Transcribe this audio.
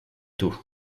tôt